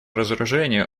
разоружению